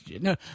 No